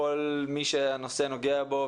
את כל מי שהנושא נוגע בו,